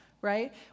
Right